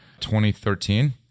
2013